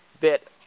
bit